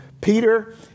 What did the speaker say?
Peter